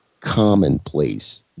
commonplace